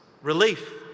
relief